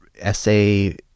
essay